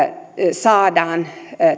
saadaan